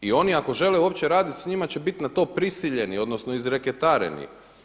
I oni ako žele uopće radit sa njima će bit na to prisiljeni, odnosno izreketareni.